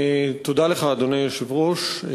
תודה לך, אדוני היושב-ראש.